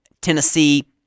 Tennessee